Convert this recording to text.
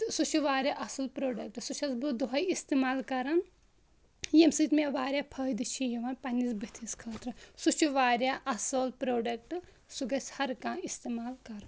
تہٕ سُہ چھُ واریاہ اَصٕل پرٛوڈَکٹ سُہ چھٮ۪س بہٕ دۄہَے استعمال کَران ییٚمہِ سۭتۍ مےٚ واریاہ فٲیِدٕ چھِ یِوان پنٛنِس بٕتھِس خٲطرٕ سُہ چھُ واریاہ اَصٕل پرٛوڈکٹ سُہ گَژھ ہر کانٛہہ استعمال کَرُن